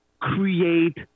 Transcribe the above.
create